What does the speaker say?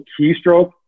keystroke